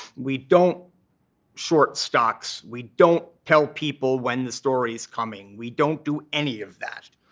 we don't short stocks. we don't tell people when the story is coming. we don't do any of that.